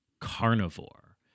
carnivore